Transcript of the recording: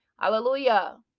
Hallelujah